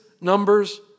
Numbers